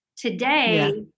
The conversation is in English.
Today